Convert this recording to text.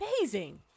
amazing